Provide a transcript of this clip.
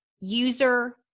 user